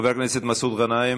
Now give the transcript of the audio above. חבר הכנסת מסעוד גנאים,